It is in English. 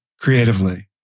creatively